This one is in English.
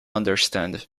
understand